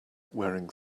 wearing